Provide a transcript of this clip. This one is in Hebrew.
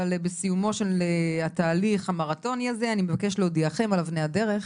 אבל "בסיומו של התהליך המרתוני הזה אני מבקש להודיעכם על אבני הדרך